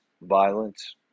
violence